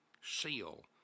seal